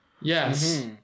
Yes